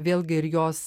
vėlgi ir jos